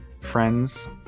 friends